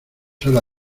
hora